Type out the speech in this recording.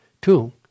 Two